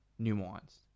nuanced